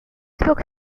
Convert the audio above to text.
books